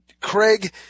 Craig